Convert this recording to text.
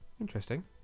Interesting